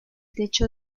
techo